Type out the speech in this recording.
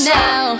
now